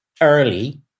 early